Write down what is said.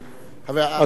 אדוני השר.